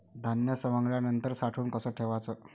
धान्य सवंगल्यावर साठवून कस ठेवाच?